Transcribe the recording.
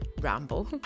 ramble